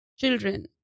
children